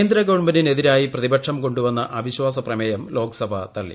കേന്ദ്ര ഗവൺമെന്റിനെതിരായി പ്രതിപക്ഷം കൊണ്ടുവന്ന അവിശ്വാസ പ്രമേയം ലോക്സഭ തളളി